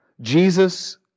Jesus